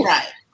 Right